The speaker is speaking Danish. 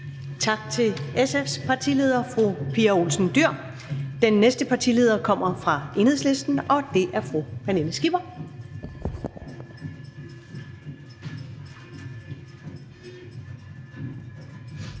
Tak til SF's partileder, fru Pia Olsen Dyhr. Den næste partileder kommer fra Enhedslisten, og det er fru Pernille Skipper.